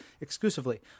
exclusively